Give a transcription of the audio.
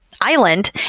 island